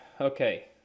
Okay